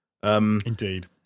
Indeed